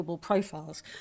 profiles